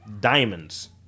Diamonds